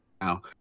now